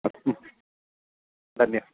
अस्तु धन्यः